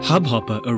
Hubhopper